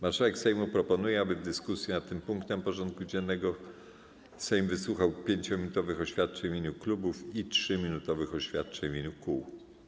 Marszałek Sejmu proponuje, aby w dyskusji nad tym punktem porządku dziennego Sejm wysłuchał 5-minutowych oświadczeń w imieniu klubów i 3-minutowych oświadczeń w imieniu kół.